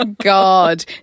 God